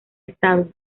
estado